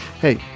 hey